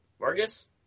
Marcus